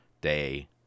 day